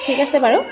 ঠিক আছে বাৰু